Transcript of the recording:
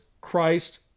Christ